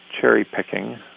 cherry-picking